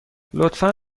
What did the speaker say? لطفا